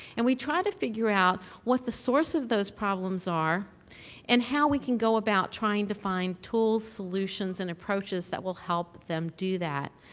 and we try to figure out what the source of those problems are and how we can go about trying to find tools, solutions, and approaches that will help them do that.